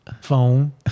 phone